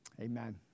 Amen